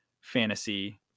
fantasy